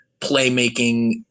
playmaking